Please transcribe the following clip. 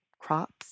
crops